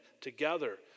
together